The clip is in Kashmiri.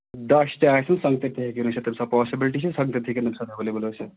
دَچھ تہِ آسِوٕ سنٛگتَر تہِ ہٮ۪کَن ٲسِتھ تَمہِ ساتہٕ پاسِبٕلٹی چھِ سنٛگتَر تہِ ہٮ۪کَن تَمہِ ساتہٕ اٮ۪ویلیبٕل ٲسِتھ